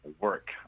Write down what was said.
work